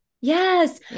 Yes